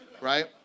right